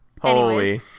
Holy